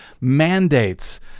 mandates